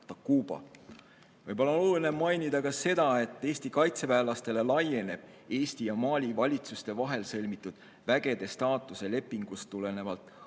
Võib-olla on oluline mainida ka seda, et Eesti kaitseväelastele laieneb Eesti ja Mali valitsuse vahel sõlmitud vägede staatuse lepingust tulenevalt